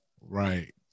right